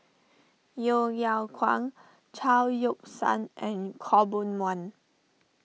Yeo Yeow Kwang Chao Yoke San and Khaw Boon Wan